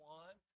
one